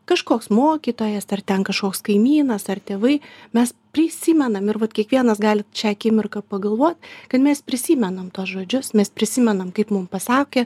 kažkoks mokytojas ar ten kažkoks kaimynas ar tėvai mes prisimenam ir vat kiekvienas galit šią akimirką pagalvo kad mes prisimenam tuos žodžius mes prisimenam kaip mums pasakė